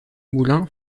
moulin